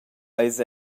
eis